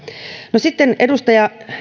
no sitten edustaja